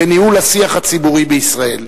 בניהול השיח הציבורי בישראל.